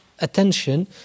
attention